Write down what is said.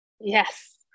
Yes